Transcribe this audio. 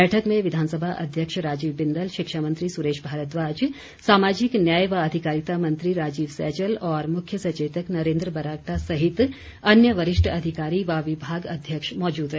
बैठक में विधानसभा अध्यक्ष राजीव बिंदल शिक्षा मंत्री सुरेश भारद्वाज सामाजिक न्याय व अधिकारिता मंत्री राजीव सैजल और मुख्य सचेतक नरेंद्र बरागटा सहित अन्य वरिष्ठ अधिकारी व विभागा अध्यक्ष मौजूद रहे